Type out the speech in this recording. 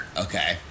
Okay